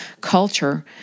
culture